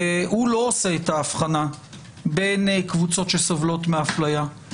לא עושה את ההבחנה בין קבוצות שסובלות מאפליה.